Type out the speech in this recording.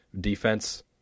defense